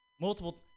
Multiple